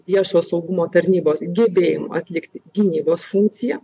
viešojo saugumo tarnybos gebėjimu atlikti gynybos funkciją